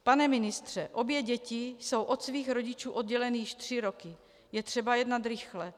Pane ministře, obě děti jsou od svých rodičů odděleny již tři roky, je třeba jednat rychle.